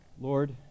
Lord